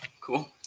Cool